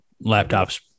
laptop's